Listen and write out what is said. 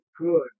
good